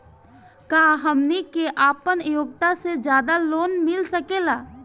का हमनी के आपन योग्यता से ज्यादा लोन मिल सकेला?